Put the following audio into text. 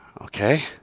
Okay